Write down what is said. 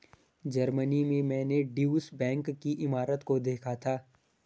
Germany में मैंने Deutsche Bank की इमारत को देखा था